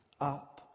up